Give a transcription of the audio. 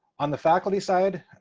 on the faculty side,